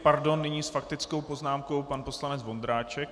Pardon, nyní s faktickou poznámkou pan poslanec Vondráček.